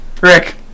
Rick